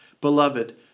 Beloved